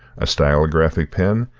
a stylographic pen,